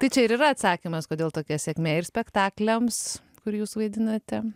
tai čia ir yra atsakymas kodėl tokia sėkmė ir spektakliams kur jūs vaidinate